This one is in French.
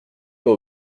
pas